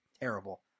terrible